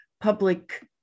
public